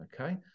Okay